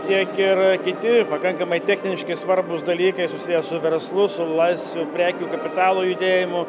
tiek ir kiti pakankamai techniškai svarbūs dalykai susiję su verslu su laisvu prekių kapitalo judėjimu